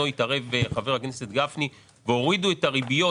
התערב חבר הכנסת גפני והורידו את הריביות,